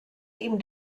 ihm